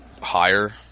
higher